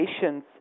patients